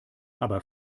aber